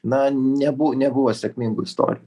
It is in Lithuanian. na nebuv nebuvo sėkmingų istorijų